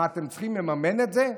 מה, אתם צריכים לממן את זה?